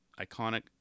iconic